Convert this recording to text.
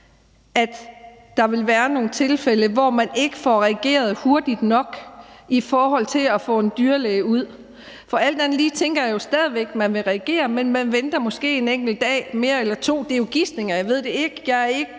at der vil være nogle tilfælde, hvor man ikke får reageret hurtigt nok i forhold til at få en dyrlæge ud. Jeg tænker alt andet lige, at man stadig væk vil reagere, men man venter måske en enkelt dag mere eller to. Det er jo gisninger; jeg ved det ikke. Jeg har ikke